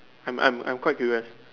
I'm I'm I'm quite curious